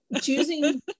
choosing